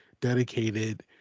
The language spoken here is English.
dedicated